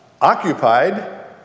Occupied